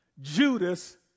Judas